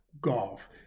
golf